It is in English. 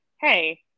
hey